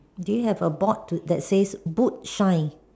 do you have a board that says boot shine